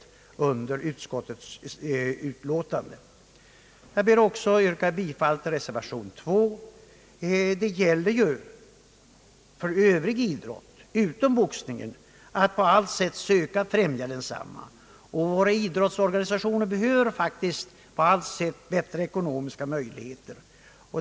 Jag ber också att få yrka bifall till reservation 2. Det gäller ju även att på allt sätt söka främja övrig idrott — utom boxningen. Våra idrottsorganisationer behöver faktiskt på allt sätt få bättre ekonomiska möjligheter.